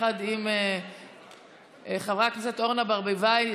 ויחד עם חברת הכנסת אורנה ברביבאי,